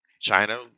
China